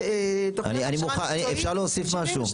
הכשרה מקצועית --- אפשר להוסיף משהו,